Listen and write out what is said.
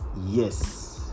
Yes